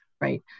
Right